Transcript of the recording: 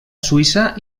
suïssa